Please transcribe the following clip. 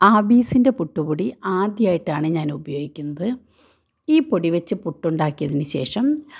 ആമീസിൻ്റെ പുട്ട് പൊടി ആദ്യമായിട്ടാണ് ഞാൻ ഉപയോഗിക്കുന്നത് ഈ പൊടിവെച്ച് പുട്ടുണ്ടാക്കിയതിനുശേഷം